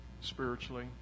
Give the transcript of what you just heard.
spiritually